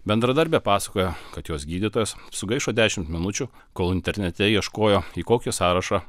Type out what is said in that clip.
bendradarbė pasakojo kad jos gydytojas sugaišo dešimt minučių kol internete ieškojo į kokį sąrašą